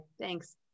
thanks